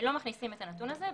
לא מכניסים את הנתון הזה.